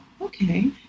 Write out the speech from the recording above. Okay